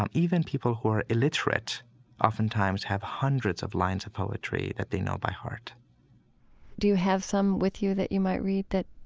um even people who are illiterate oftentimes have hundreds of lines of poetry that they know by heart do you have some with you that you might read that